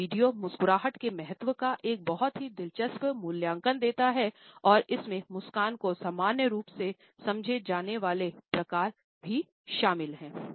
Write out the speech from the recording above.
यह वीडियो मुस्कुराहट के महत्व का एक बहुत ही दिलचस्प मूल्यांकन देता है और इसमें मुस्कान को सामान्य रूप से समझे जाने वाले प्रकार भी शामिल हैं